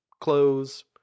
clothes